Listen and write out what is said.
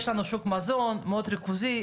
יש לנו שוק מזון מאוד ריכוזי,